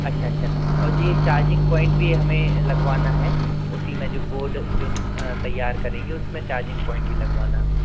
अच्छा अच्छा और जी ये चार्जिंग पॉइंट भी हमें लगवाना है उसीमें जो बोर्ड जो तैयार करेंगे उसमें चार्जिंग पॉइंट भी लगवाना है हमें